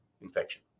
infection